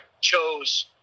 chose